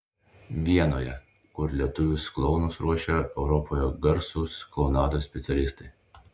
vienoje kur lietuvius klounus ruošia europoje garsūs klounados specialistai